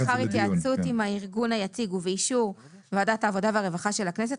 לאחר התייעצות עם הארגון היציג ובאישור ועדת העבודה והרווחה של הכנסת,